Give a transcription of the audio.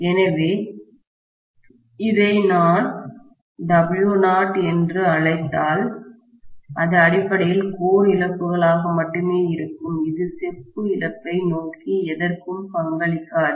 எனவே இதை நான் Wo என்று அழைத்தால் அது அடிப்படையில் கோர் இழப்புகளாக மட்டுமே இருக்கும் இது செப்பு இழப்பை நோக்கி எதற்கும் பங்களிக்காது